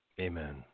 amen